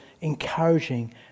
encouraging